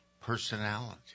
personality